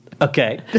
Okay